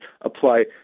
apply